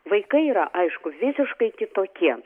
vaikai yra aišku visiškai kitokie